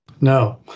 no